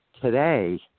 Today